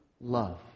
love